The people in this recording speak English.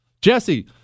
Jesse